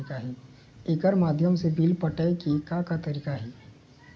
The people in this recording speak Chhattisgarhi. एकर माध्यम से बिल पटाए के का का तरीका हे?